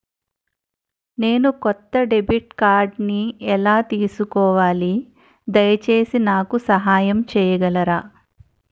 నేను కొత్త డెబిట్ కార్డ్ని ఎలా తీసుకోవాలి, దయచేసి నాకు సహాయం చేయగలరా?